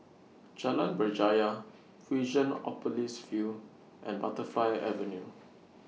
Jalan Berjaya Fusionopolis View and Butterfly Avenue